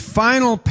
final